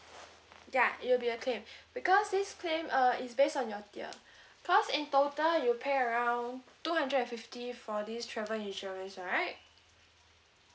ya it will be a claim because this claim uh is based on your tier cause in total you pay around two hundred and fifty for this travel insurance right